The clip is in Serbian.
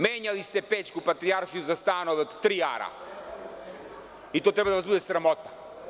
Menjali ste Pećku patrijaršiju za stanove od tri ara i to treba da vas bude sramota.